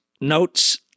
notes